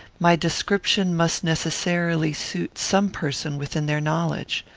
my description must necessarily suit some person within their knowledge.